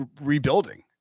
rebuilding